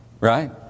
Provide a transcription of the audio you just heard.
right